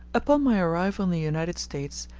upon my arrival in the united states,